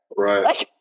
right